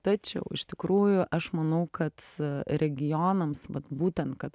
tačiau iš tikrųjų aš manau kad regionams būtent kad